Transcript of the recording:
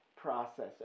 process